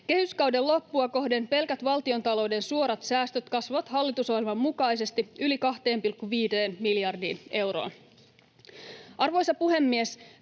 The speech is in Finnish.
Kehyskauden loppua kohden pelkät valtiontalouden suorat säästöt kasvavat hallitusohjelman mukaisesti yli 2,5 miljardiin euroon. Arvoisa puhemies!